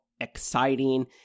exciting